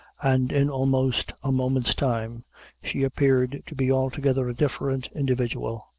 and in almost a moment's time she appeared to be altogether a different individual.